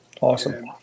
Awesome